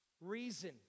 reason